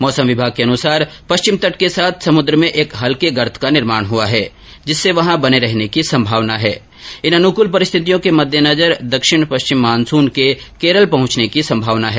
मौसम विभाग के अनुसार पश्चिमी तट के साथ समुद्र में एक हल्के गर्त का निर्माण हुआ है जिसके वहां बने रहने की संभावना है और इन अनुकूल परिस्थितियों के मददेनजर दक्षिण पश्चिम मानसून के केरल पहुंचने की संभावना है